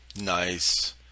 Nice